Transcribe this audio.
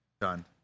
Done